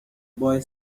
boy